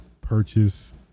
purchase